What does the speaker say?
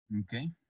Okay